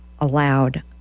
allowed